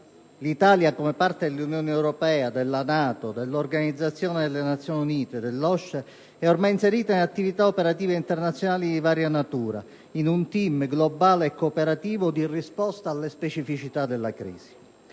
L'Italia, come parte dell'Unione europea, della NATO, dell'Organizzazione delle Nazioni Unite, dell'OSCE, è ormai inserita in attività operative internazionali di varia natura, in un *team* globale e cooperativo di risposta alle specificità delle crisi.